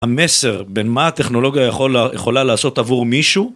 המסר בין מה הטכנולוגיה יכולה לעשות עבור מישהו.